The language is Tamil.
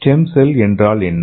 ஸ்டெம் செல் என்றால் என்ன